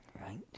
Right